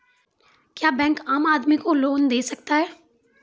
क्या बैंक आम आदमी को लोन दे सकता हैं?